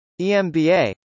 EMBA